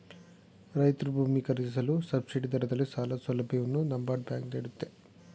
ರೈತ್ರು ಭೂಮಿ ಖರೀದಿಸಲು ಸಬ್ಸಿಡಿ ದರದಲ್ಲಿ ಸಾಲ ಸೌಲಭ್ಯವನ್ನು ನಬಾರ್ಡ್ ಬ್ಯಾಂಕ್ ನೀಡುತ್ತೆ